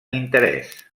interès